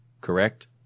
Correct